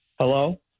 Hello